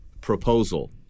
proposal